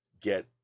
get